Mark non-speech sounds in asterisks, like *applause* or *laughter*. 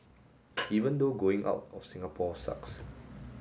*noise* even though going out of Singapore sucks